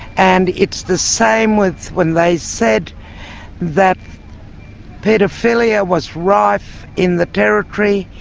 and it's the same with when they said that paedophilia was rife in the territory,